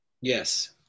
Yes